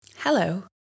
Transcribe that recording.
Hello